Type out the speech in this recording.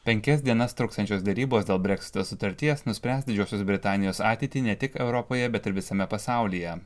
penkias dienas truksiančios derybos dėl breksito sutarties nuspręs didžiosios britanijos ateitį ne tik europoje bet ir visame pasaulyje